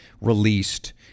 released